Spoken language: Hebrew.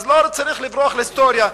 אז, לא צריך לברוח להיסטוריה.